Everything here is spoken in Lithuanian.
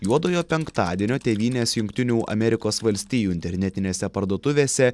juodojo penktadienio tėvynės jungtinių amerikos valstijų internetinėse parduotuvėse